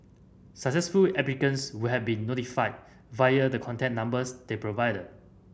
successful applicants would have been notified via the contact numbers they provided